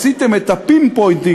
עשיתם את ה-pinpointing,